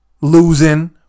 losing